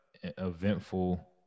eventful